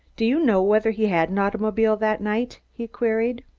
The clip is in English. do you know whether he had an automobile that night? he queried.